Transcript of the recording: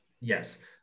Yes